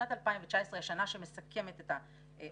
שנת 2019 היא השנה שמסכמת את העשור,